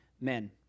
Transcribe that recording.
men